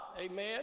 amen